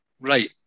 right